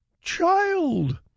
child